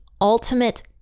ultimate